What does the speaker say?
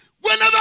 Whenever